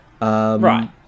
Right